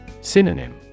Synonym